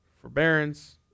forbearance